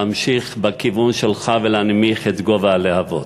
להמשיך בכיוון שלך ולהנמיך את גובה הלהבות,